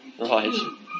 right